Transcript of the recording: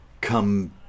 come